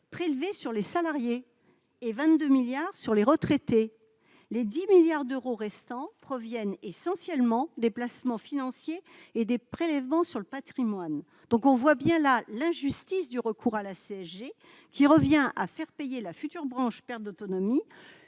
prélevés sur les salaires et 22 milliards d'euros sur les pensions de retraite, les 10 milliards d'euros restants provenant essentiellement des placements financiers et des prélèvements sur le patrimoine. On voit donc bien l'injustice du recours à la CSG, qui revient à faire financer la future branche perte d'autonomie